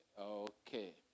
Okay